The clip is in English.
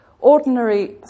ordinary